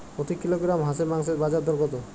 প্রতি কিলোগ্রাম হাঁসের মাংসের বাজার দর কত?